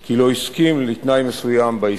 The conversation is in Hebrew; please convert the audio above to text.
כי לא הסכים לתנאי מסוים בעסקה.